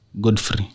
Godfrey